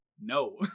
no